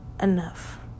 enough